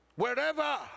Wherever